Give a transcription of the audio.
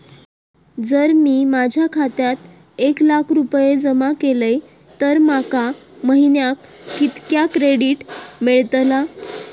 जर मी माझ्या खात्यात एक लाख रुपये जमा केलय तर माका महिन्याक कितक्या क्रेडिट मेलतला?